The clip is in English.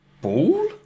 ball